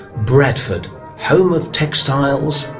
bradford home of textiles,